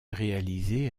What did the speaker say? réalisé